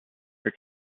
for